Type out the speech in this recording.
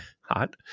Hot